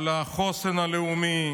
על החוסן הלאומי,